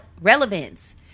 relevance